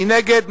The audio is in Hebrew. מי נגד?